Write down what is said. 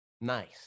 nice